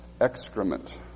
excrement